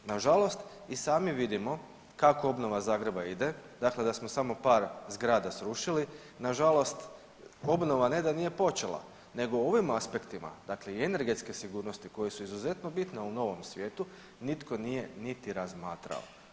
Nažalost, i sami vidimo kako obnova Zagreba ide, dakle da smo samo par zgrada srušili, nažalost obnova ne da nije počela nego u ovim aspektima dakle i energetske sigurnosti koje su izuzetno bitne u novom svijetu nitko nije niti razmatrao.